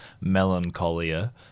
melancholia